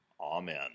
Amen